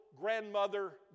grandmother